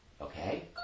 Okay